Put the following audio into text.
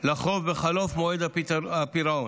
לחוב בחלוף מועד הפירעון.